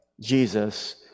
Jesus